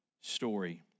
story